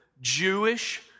Jewish